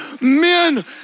men